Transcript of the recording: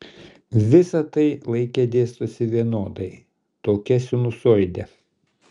visa tai laike dėstosi vienodai tokia sinusoide